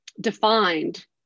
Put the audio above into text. defined